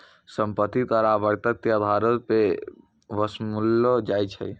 सम्पति कर आवर्तक के अधारो पे वसूललो जाय छै